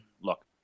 Look